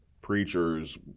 preachers